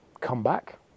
comeback